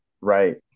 Right